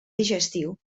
digestiu